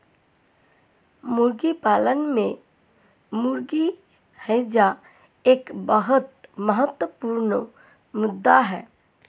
मुर्गी पालन में मुर्गी हैजा एक बहुत महत्वपूर्ण मुद्दा है